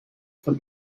von